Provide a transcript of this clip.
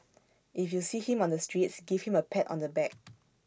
if you see him on the streets give him A pat on the back